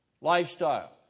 lifestyle